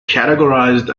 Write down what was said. categorized